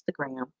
Instagram